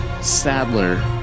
Sadler